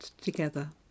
together